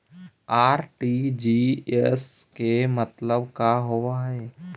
RTGS के मतलब का होव हई?